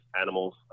animals